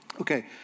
Okay